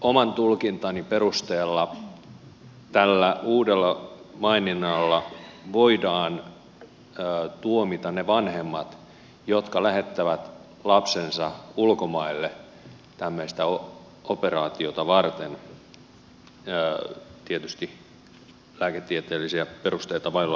oman tulkintani perusteella tällä uudella maininnalla voidaan tuomita ne vanhemmat jotka lähettävät lapsensa ulkomaille tämmöistä operaatiota varten tietysti lääketieteellisiä perusteita vailla